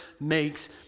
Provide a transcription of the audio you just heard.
makes